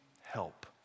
help